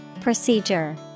Procedure